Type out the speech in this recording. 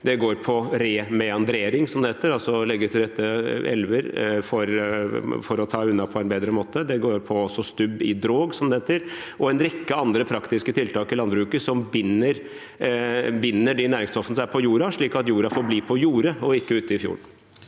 det går på remeandrering, som det heter, altså å legge til rette elver for å ta unna på en bedre måte, det går på stubb i dråg, som det heter, og en rekke andre praktiske tiltak i landbruket som binder næringsstoffene som er i jorda, slik at jorda forblir på jordet og ikke går ut i fjorden.